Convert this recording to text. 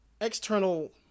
external